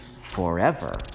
forever